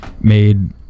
made